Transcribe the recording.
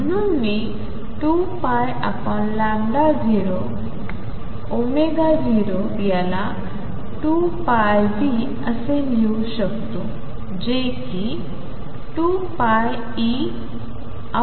म्हुणुनच मी 2π0 0 याला 2πν असे लिहू शकतो जे कि 2πEh